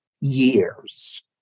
years